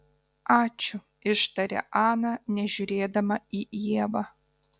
ačiū ištarė ana nežiūrėdama į ievą